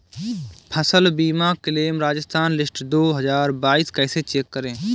फसल बीमा claim Rajasthan list दो हज़ार बाईस कैसे चेक करें?